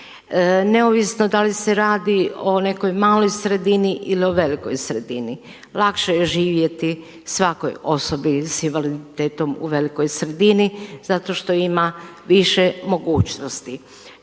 Neovisno da li se radi o nekoj maloj sredini ili o velikoj sredini, lakše je živjeti svakoj osobi s invaliditetom u velikoj sredini, zato što ima više mogućnosti.